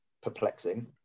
perplexing